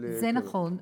זה נכון.